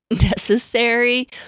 necessary